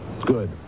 Good